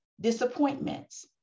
disappointments